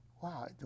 wow